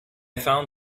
found